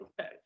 Okay